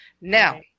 now